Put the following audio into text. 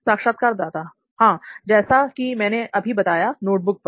साक्षात्कारदाता हां जैसा की मैंने अभी बताया नोटबुक पर